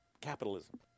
capitalism